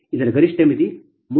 ಇದರ ಗರಿಷ್ಠ ಮಿತಿ 300